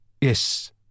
Yes